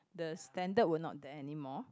the standard will not there anymore